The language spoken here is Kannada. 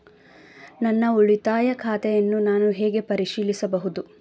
ನನ್ನ ಉಳಿತಾಯ ಖಾತೆಯನ್ನು ನಾನು ಹೇಗೆ ಪರಿಶೀಲಿಸುವುದು?